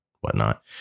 whatnot